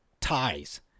ties